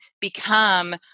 become